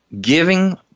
giving